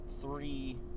three